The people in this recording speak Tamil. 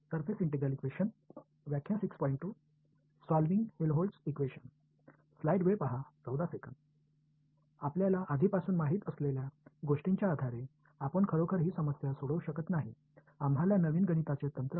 இப்போது நமக்கு ஏற்கனவே தெரிந்தவற்றின் அடிப்படையே மாறிவிடும் உண்மையில் இந்த சிக்கலை தீர்க்க முடியாது நமக்கு ஒரு புதிய கணித நுட்பம் தேவை